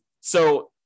so-